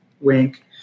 Wink